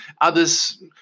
Others